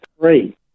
three